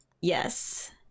Yes